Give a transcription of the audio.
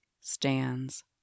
stands